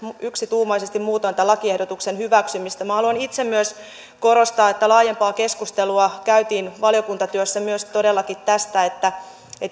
yksituumaisesti muutoin tämän lakiehdotuksen hyväksymistä minä haluan itse myös korostaa että laajempaa keskustelua käytiin valiokuntatyössä myös todellakin tästä että